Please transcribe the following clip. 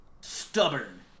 stubborn